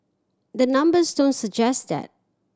the numbers don't suggest that